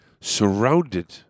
surrounded